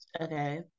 Okay